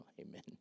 Amen